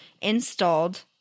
installed